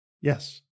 Yes